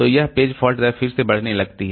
तो यह page fault दर फिर से बढ़ने लगती है